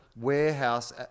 warehouse